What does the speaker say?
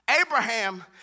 Abraham